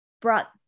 brought